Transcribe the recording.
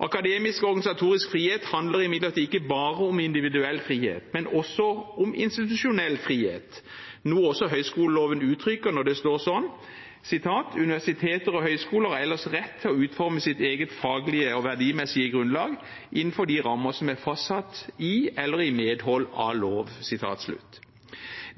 Akademisk og organisatorisk frihet handler imidlertid ikke bare om individuell frihet, men også om institusjonell frihet, noe også universitets- og høyskoleloven uttrykker her: «Universiteter og høyskoler har ellers rett til å utforme sitt eget faglige og verdimessige grunnlag innenfor de rammer som er fastsatt i eller i medhold av lov.»